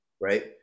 right